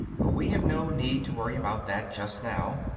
but we have no need to worry about that just now.